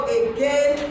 again